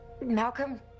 Malcolm